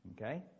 Okay